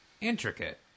Intricate